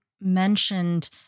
mentioned